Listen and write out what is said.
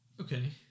Okay